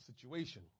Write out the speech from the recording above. situation